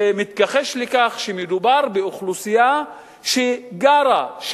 שמתכחש לכך שמדובר באוכלוסייה שגרה,